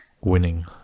Winning